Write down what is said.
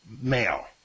male